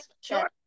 Sure